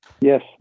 Yes